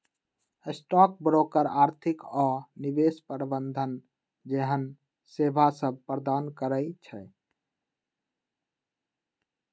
stock broker आर्थिक आऽ निवेश प्रबंधन जेहन सेवासभ प्रदान करई छै